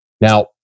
now